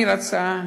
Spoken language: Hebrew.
אני רוצה להגן,